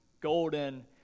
golden